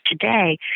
today